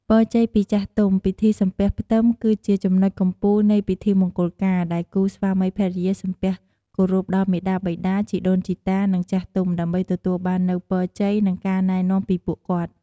ពរជ័យពីចាស់ទុំ ពិធីសំពះផ្ទឹម គឺជាចំណុចកំពូលនៃពិធីមង្គលការ ដែលគូស្វាមីភរិយាសំពះគោរពដល់មាតាបិតា ជីដូនជីតា និងចាស់ទុំ ដើម្បីទទួលបាននូវពរជ័យ និងការណែនាំពីពួកគាត់។